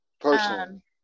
personally